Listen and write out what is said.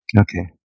Okay